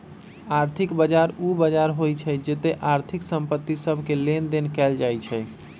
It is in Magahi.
आर्थिक बजार उ बजार होइ छइ जेत्ते आर्थिक संपत्ति सभके लेनदेन कएल जाइ छइ